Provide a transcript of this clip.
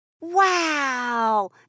Wow